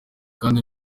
kandi